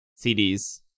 CDs